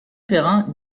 perrin